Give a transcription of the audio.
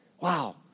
Wow